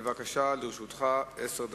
לרשותך עשר דקות,